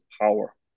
power